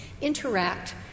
interact